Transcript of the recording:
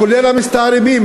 כולל המסתערבים,